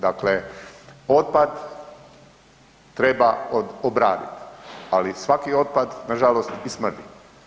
Dakle, otpad treba obradit, ali svaki otpad nažalost i smrdi.